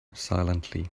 silently